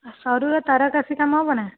ଆଉ ସରୁରେ ତାରକସୀ କାମ ହେବ ନା